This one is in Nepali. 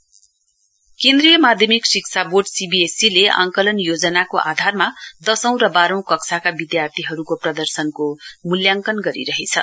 सीवीएसई केन्द्रीय माध्यमिक शिक्षा वोर्डसीबीएसई ले आकंलन योजनाको आधारमा दशौं र बाह्रौं कक्षाको विद्यार्थीको प्रदर्शनको मूल्याङ्कन गरिरहेछ